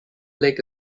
lake